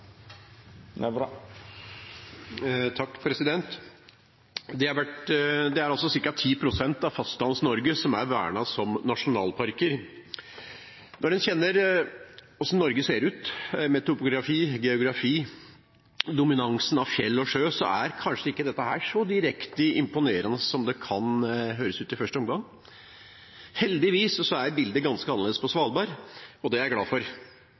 har ei taletid på inntil 3 minutt. Det er ca. 10 pst. av Fastlands-Norge som er vernet som nasjonalparker. Når en kjenner til hvordan Norge ser ut, med topografi, geografi, dominansen av fjell og sjø, så er kanskje ikke dette så imponerende som det kan høres ut som i første omgang. Heldigvis er bildet ganske annerledes på Svalbard, og det er jeg glad for.